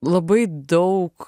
labai daug